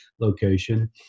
location